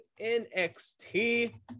NXT